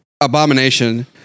abomination